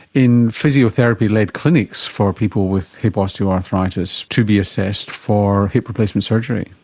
in physiotherapy-led clinics for people with hip osteoarthritis to be assessed for hip replacement surgery.